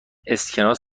اسکناس